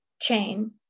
chain